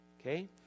Okay